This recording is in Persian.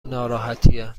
ناراحتیه